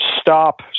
stop